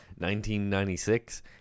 1996